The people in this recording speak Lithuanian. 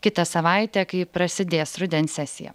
kitą savaitę kai prasidės rudens sesija